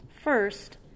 First